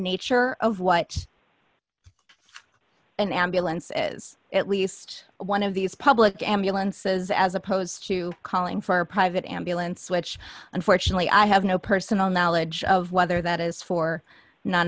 nature of what an ambulance is at least one of these public ambulances as opposed to calling for private ambulance which unfortunately i have no personal knowledge of whether that is for non